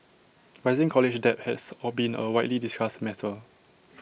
rising college debt has been A widely discussed matter